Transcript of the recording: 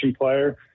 player